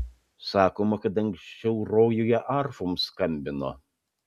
sakoma kad anksčiau rojuje arfom skambino